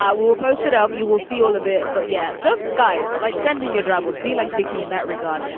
ah will will post it up. you will see all of it. but yeah, dumb guys like sending your troubles be like vicky in that regard.